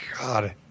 God